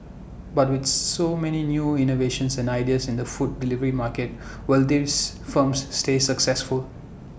but with so many new innovations and ideas in the food delivery market will these firms stay successful